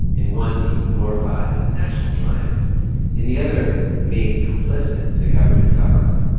in one, he was glorified in national triumph in the other made complicit in a government cover-up.